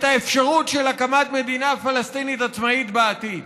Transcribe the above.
האפשרות של הקמת מדינה פלסטינית עצמאית בעתיד.